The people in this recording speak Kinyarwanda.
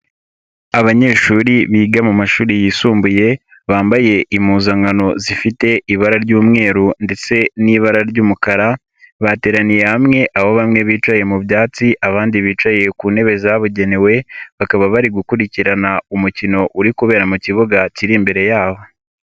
Abanyeshuri biga mu mashuri yisumbuye, bambaye impuzankano zifite ibara ry'umweru ndetse n'ibara ry'umukara, bateraniye hamwe, aho bamwe bicaye mu byatsi abandi bicaye ku ntebe zabugenewe, bakaba bari gukurikirana umukino uri kubera mu kibuga kiri imbere yabo.